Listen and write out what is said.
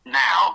now